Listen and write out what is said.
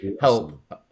help